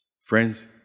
Friends